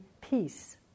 peace